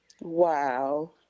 Wow